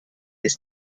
its